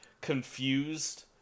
confused